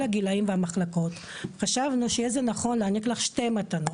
הגילאים והמחלקות חשבנו שיהיה זה נכון להעניק לך שתי מתנות.